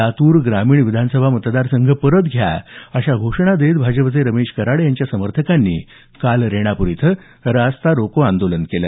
लातूर ग्रामीण विधानसभा मतदारसंघ परत घ्या अशा घोषणा देत भाजपाचे रमेश कराड यांच्या समर्थकांनी काल रेणापूर इथं रस्ता रोको आंदोलन केलं